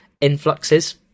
influxes